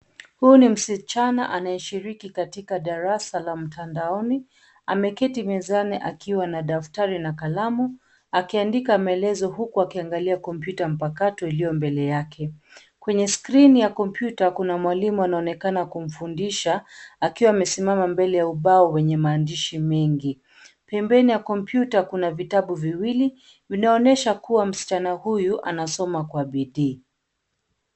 Huyu ni msichana anayeshiriki katika darasa la mtandaoni. Ameketi mezani akiwa na daftari na kalamu, akiandika maelezo huku akiangalia kompyuta mpakato iliyo mbele yake. Kwenye skrini ya kompyuta kuna mwalimu anaonekana kumfundisha akiwa amesimama mbele ya ubao wenye maandishi mengi. Pembeni ya kompyuta kuna vitabu viwili vinaonyesha kuwa msichana huyu anasoma kwa bidii.